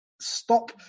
stop